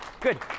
Good